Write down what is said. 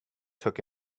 took